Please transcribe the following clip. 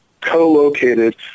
co-located